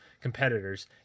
competitors